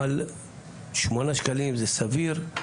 אבל שמונה שקלים זה סביר,